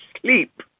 sleep